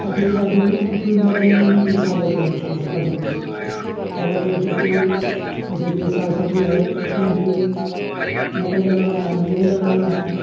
अप्रिल और अप्रिल मई में उसको उठा लेतें है उसमे से खड्डा में से उठा कर के उसको फिर जैसे कि साग सब्ज़ी है उसने दिए मकई लगाना है गेहूँ लगाना है